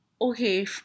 Okay